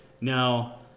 Now